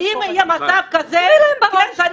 תני להם בראש.